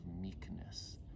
meekness